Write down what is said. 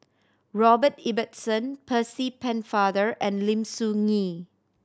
Robert Ibbetson Percy Pennefather and Lim Soo Ngee